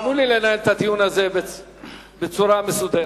תנו לי לנהל את הדיון הזה בצורה מסודרת.